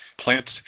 plants